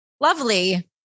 lovely